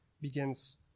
begins